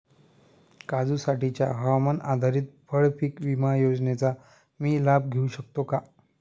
काजूसाठीच्या हवामान आधारित फळपीक विमा योजनेचा मी लाभ घेऊ शकतो का?